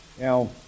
Now